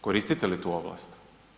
Koristite li tu ovlast?